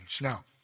Now